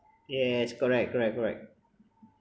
yes correct correct correct